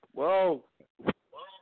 Whoa